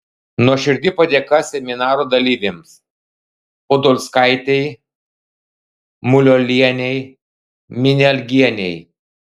nuoširdi padėka seminaro dalyvėms podolskaitei muliuolienei minialgienei